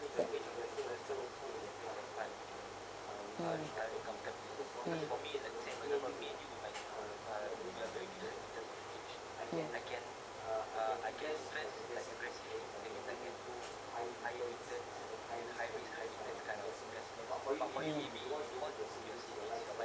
ya mm mm mm